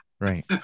right